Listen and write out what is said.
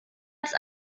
als